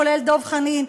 כולל דב חנין,